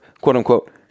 quote-unquote